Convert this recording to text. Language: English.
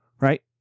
Right